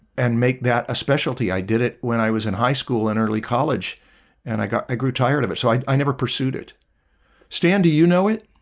and make that a specialty i did it when i was in high school and early college and i got i grew tired of it. so i i never pursued it stan do, you know it?